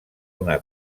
una